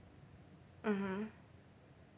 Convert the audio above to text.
mmhmm